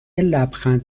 لبخند